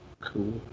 Cool